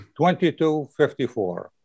2254